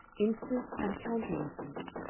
instance and counter-instance,